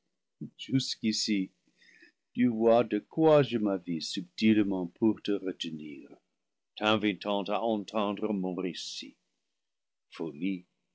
jusqu'ici tu vois de quoi je m'avise subtilement pour te retenir t'invitant à en tendre mon récit folie